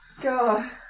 God